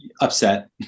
upset